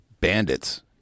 bandits